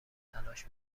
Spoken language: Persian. تلاش